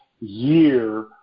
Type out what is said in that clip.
year